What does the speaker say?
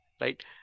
right